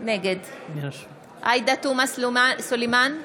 נגד עאידה תומא סלימאן,